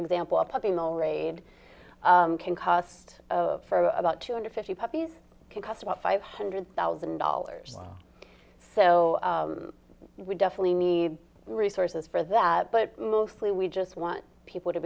example a puppy mill raid can cost of about two hundred fifty puppies can cost about five hundred thousand dollars well so we definitely need resources for that but mostly we just want people to